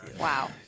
Wow